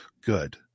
good